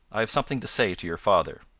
i have something to say to your father.